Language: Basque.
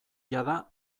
jada